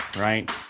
Right